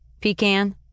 Pecan